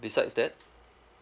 besides that